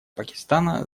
пакистана